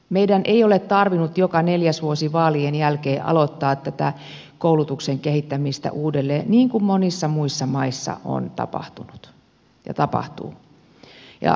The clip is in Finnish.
meidän ei ole tarvinnut joka neljäs vuosi vaalien jälkeen aloittaa tätä koulutuksen kehittämistä uudelleen niin kuin monissa muissa maissa on tapahtunut ja tapahtuu